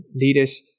leaders